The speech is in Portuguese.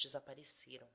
desapareceram